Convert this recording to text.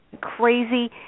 crazy